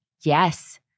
Yes